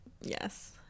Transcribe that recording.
yes